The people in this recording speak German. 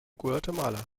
guatemala